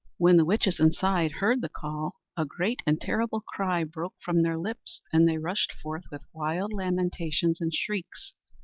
when the witches inside heard the call, a great and terrible cry broke from their lips, and they rushed forth with wild lamentations and shrieks,